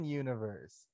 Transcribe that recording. universe